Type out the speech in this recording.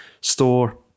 store